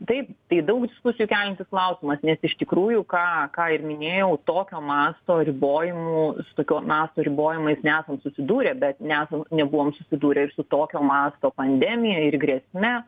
taip tai daug diskusijų keliantis klausimas nes iš tikrųjų ką ką ir minėjau tokio masto ribojimų su tokio masto ribojimais nesam susidūrę bet nesam nebuvom susidūrę ir su tokio masto pandemija ir grėsme